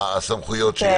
הסמכויות שיש כאן.